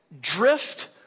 drift